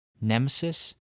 Nemesis